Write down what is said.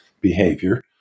behavior